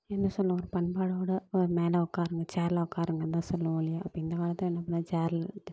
என்ன சொல்லுவோம் ஒரு பண்பாடோடு ஒரு மேலே உட்காருங்க ச்சேரில் உட்காருங்கன்னு தான் சொல்லுவோம் இல்லையா அப்போ இந்த காலத்தில் என்ன பண்ண ச்சேர்